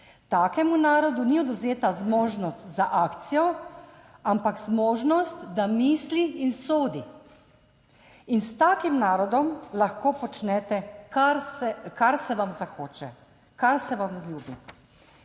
Takemu narodu ni odvzeta zmožnost za akcijo, ampak zmožnost, da misli in sodi, in s takim narodom lahko počnete, kar se vam zahoče, kar se vam zljubi".